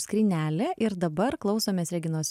skrynelė ir dabar klausomės reginos